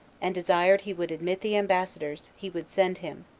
and desired he would admit the ambassadors he would send him,